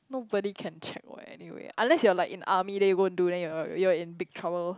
nobody can check [what] anyway unless you are like in army then you go and do then you are you are in big trouble